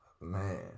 man